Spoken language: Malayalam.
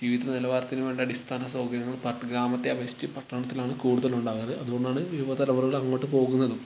ജീവിത നിലവാരത്തിന് വേണ്ട അടിസ്ഥാന സൗകര്യങ്ങൾ പട്ട ഗ്രാമത്തെ അപേക്ഷിച്ചു പട്ടണത്തിലാണ് കൂടുതൽ ഉണ്ടാകുന്നത് അതുകൊണ്ടാണ് യുവ തലമുറകൾ അങ്ങോട്ട് പോകുന്നതും